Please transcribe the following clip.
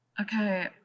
Okay